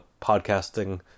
podcasting